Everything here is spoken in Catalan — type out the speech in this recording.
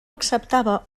acceptava